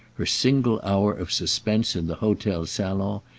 her single hour of suspense in the hotel salon,